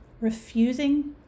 refusing